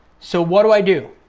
so what do i do?